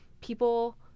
people